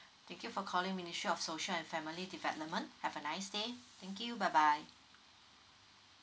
thank you for calling ministry of social and family development have a nice day thank you bye bye